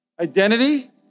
identity